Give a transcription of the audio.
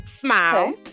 smile